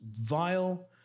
vile